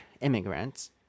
immigrants